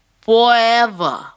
forever